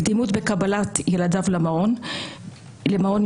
לקדימות בקבלת ילדיו למעון יום,